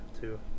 two